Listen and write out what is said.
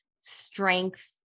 strength